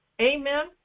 Amen